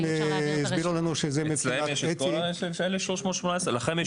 כן הסבירו לנו שזה מבחינת --- לכם יש